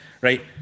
Right